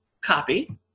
copy